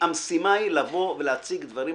המשימה היא לבוא ולהציג דברים,